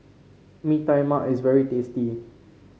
Mee Tai Mak is very tasty